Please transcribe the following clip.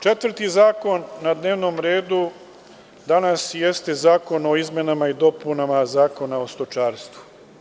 Četvrti zakon na dnevnom redu danas jeste Zakon o izmenama i dopunama Zakona o stočarstvu.